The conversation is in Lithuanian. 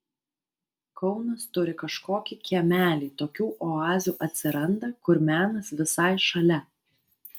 kaunas turi kažkokį kiemelį tokių oazių atsiranda kur menas visai šalia